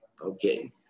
Okay